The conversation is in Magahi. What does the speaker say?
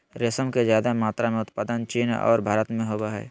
रेशम के ज्यादे मात्रा में उत्पादन चीन और भारत में होबय हइ